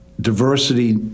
diversity